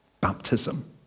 baptism